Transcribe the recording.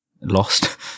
lost